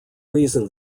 reason